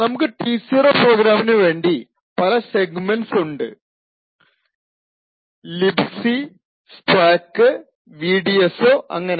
നമുക്ക് T0 പ്രോഗ്രാമിന് വേണ്ടി പല സെഗ്മെൻറ്സ് ഉണ്ട് libc stack vdso അങ്ങനെ